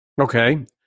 Okay